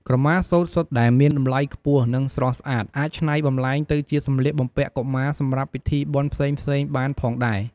ក្រមាសូត្រសុទ្ធដែលមានតម្លៃខ្ពស់ និងស្រស់ស្អាត អាចច្នៃបម្លែងទៅជាសម្លៀកបំពាក់កុមារសម្រាប់ពិធីបុណ្យផ្សេងៗបានផងដែរ។